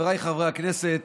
חבריי חברי הכנסת,